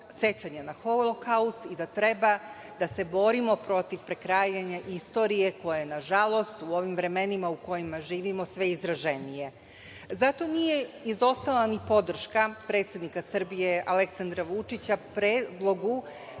sećanje na Holokaust i da treba da se borimo protiv prekrajanja istorije koja je nažalost u ovim vremenima u kojima živimo sve izraženija. Zato nije izostala ni podrška predsednika Srbije Aleksandra Vučića predlogu